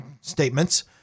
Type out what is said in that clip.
statements